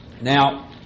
Now